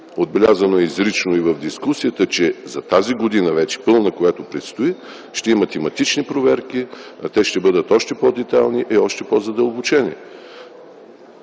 Отбелязано е изрично и в дискусията, че за тази вече пълна година, която предстои, ще има тематични проверки и те ще бъдат още по-детайлни и по-задълбочени.